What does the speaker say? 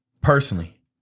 personally